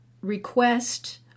request